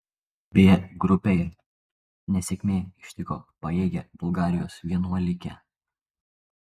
b grupėje nesėkmė ištiko pajėgią bulgarijos vienuolikę